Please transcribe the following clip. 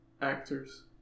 actors